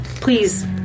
Please